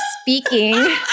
speaking